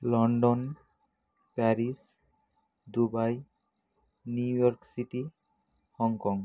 London Paris Dubai New York City Hong Kong